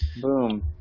Boom